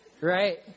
right